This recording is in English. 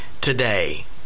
today